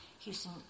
Houston